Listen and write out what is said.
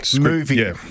movie